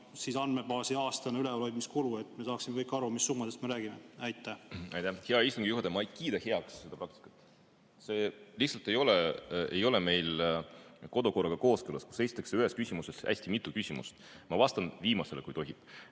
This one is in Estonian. andmebaasi iga-aastane üleval hoidmise kulu? Nii et me saaksime aru, mis summadest me räägime. Aitäh! Hea istungi juhataja, ma ei kiida heaks seda praktikat. See lihtsalt ei ole meie kodukorraga kooskõlas, et esitatakse ühes küsimuses hästi mitu küsimust. Ma vastan viimasele, kui tohib.